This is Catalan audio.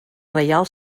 reial